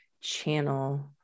channel